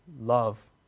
love